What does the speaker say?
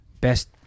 best